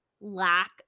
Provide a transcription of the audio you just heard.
lack